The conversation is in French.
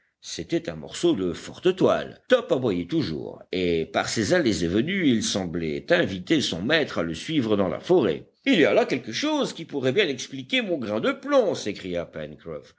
c'était un morceau de forte toile top aboyait toujours et par ses allées et venues il semblait inviter son maître à le suivre dans la forêt il y a là quelque chose qui pourrait bien expliquer mon grain de plomb s'écria